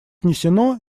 внесено